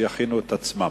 שיכינו את עצמם.